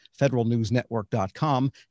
federalnewsnetwork.com